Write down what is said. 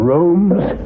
Rome's